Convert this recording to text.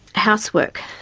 housework.